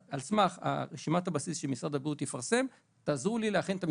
על סמך רשימת הבסיס שמשרד הבריאות יפרסם תעזרו לי להכין את המסמכים.